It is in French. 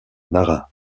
nara